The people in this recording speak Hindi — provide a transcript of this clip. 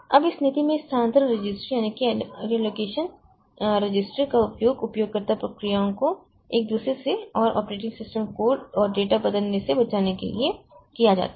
अब इस नीति में स्थानांतरण रजिस्टर का उपयोग उपयोगकर्ता प्रक्रियाओं को एक दूसरे से और ऑपरेटिंग सिस्टम कोड और डेटा बदलने से बचाने के लिए किया जाता है